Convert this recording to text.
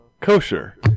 kosher